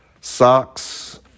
socks